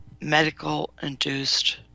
medical-induced